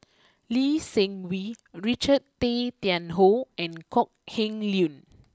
Lee Seng Wee Richard Tay Tian Hoe and Kok Heng Leun